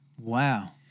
wow